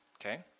okay